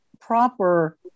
proper